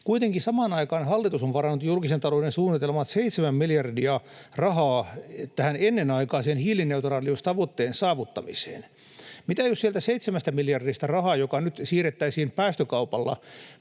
Kuitenkin samaan aikaan hallitus on varannut julkisen talouden suunnitelmaan 7 miljardia rahaa tähän ennenaikaiseen hiilineutraaliustavoitteen saavuttamiseen. Mitä jos sieltä 7 miljardista rahaa, joka nyt siirrettäisiin päästökaupalla